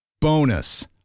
Bonus